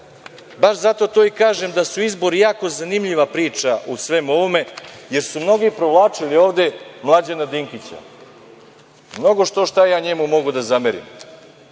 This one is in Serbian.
baš zato to i kažem da su izbori jako zanimljiva priča u svemu ovome, jer su mnogi provlačili ovde Mlađana Dinkića. Mnogo što-šta ja njemu mogu da zamerim,